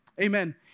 Amen